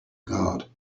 god